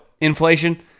inflation